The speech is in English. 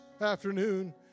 afternoon